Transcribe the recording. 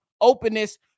openness